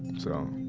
so